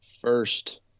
first